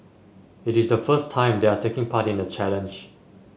it is the first time they are taking part in the challenge